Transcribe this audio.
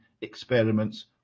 experiments